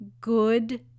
good